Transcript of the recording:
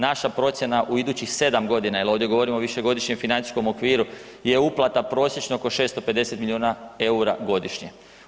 Naša procjena u idućih 7 godina jer ovdje govorimo o višegodišnjem financijskom okviru je uplata prosječno oko 650 milijuna eura godišnje.